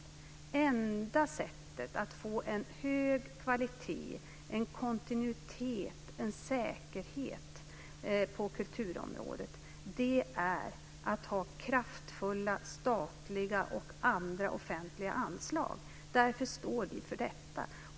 Det enda sättet att få en hög kvalitet, en kontinuitet och en säkerhet på kulturområdet är att ha kraftfulla statliga och andra offentliga anslag. Därför står vi för detta.